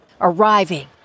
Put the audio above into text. Arriving